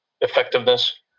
effectiveness